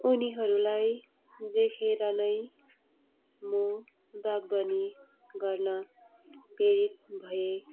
उनीहरूलाई देखेर नै म बागबानी गर्न प्रेरित भए